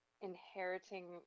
inheriting